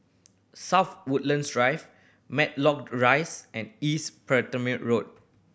South Woodlands Drive Matlock Rise and East Road